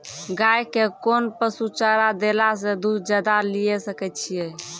गाय के कोंन पसुचारा देला से दूध ज्यादा लिये सकय छियै?